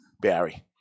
Barry